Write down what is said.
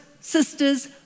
sisters